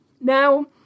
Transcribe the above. Now